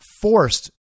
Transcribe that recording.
forced